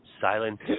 silent